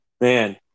man